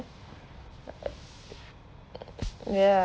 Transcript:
ya